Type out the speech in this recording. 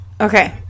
okay